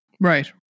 Right